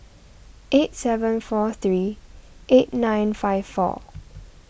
eight seven four three eight nine five four